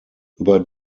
über